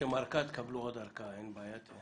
ביקשתם ארכה, תקבלו עוד ארכה, אין בעיה.